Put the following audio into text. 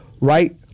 right